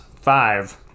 five